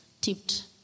tipped